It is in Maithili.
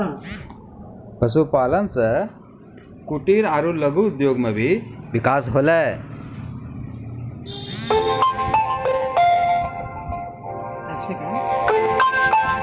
पशुपालन से कुटिर आरु लघु उद्योग मे भी बिकास होलै